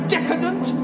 Decadent